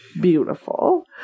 beautiful